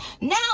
Now